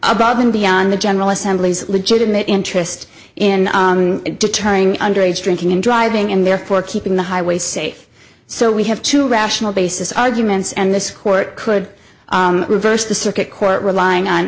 above and beyond the general assembly's legitimate interest in deterring underage drinking and driving and therefore keeping the highways safe so we have to rational basis arguments and this court could reverse the circuit court relying on